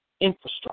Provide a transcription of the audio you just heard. infrastructure